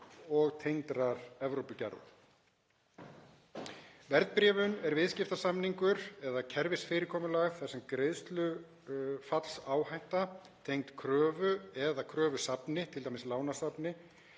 og tengdar Evrópugerðir. Verðbréfun er viðskiptasamningur eða kerfisfyrirkomulag þar sem greiðslufallsáhætta tengd kröfu eða kröfusafni, t.d. lánasafni,